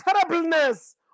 terribleness